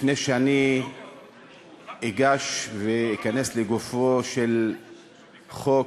לפני שאני אגש ואכנס לגופו של חוק,